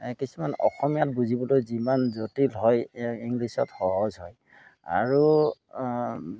কিছুমান অসমীয়াত বুজিবলৈ যিমান জটিল হয় ইংলিছত সহজ হয় আৰু